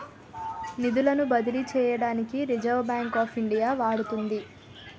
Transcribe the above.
నిధులను బదిలీ చేయడానికి రిజర్వ్ బ్యాంక్ ఆఫ్ ఇండియా వాడుతుంది